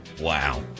Wow